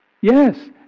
Yes